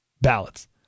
ballots